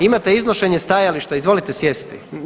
Imate iznošenje stajališta, izvolite sjesti.